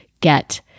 get